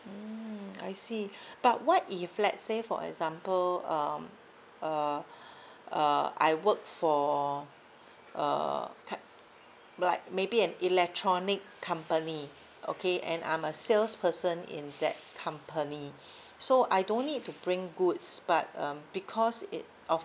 mm I see but what if let's say for example um uh uh I work for uh tech~ like maybe an electronic company okay and I'm a sales person in that company so I don't need to bring goods but um because it